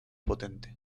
potente